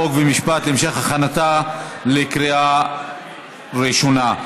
חוק ומשפט להמשך הכנתה לקריאה ראשונה.